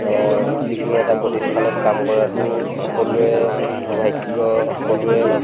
যিকোনো এটা প্ৰতিষ্ঠানত কাম কৰাটো সকলোৰে সৌভাগ্য সকলোৰে